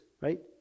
right